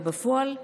ובפועל,